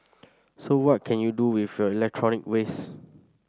so what can you do with your electronic waste